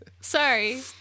sorry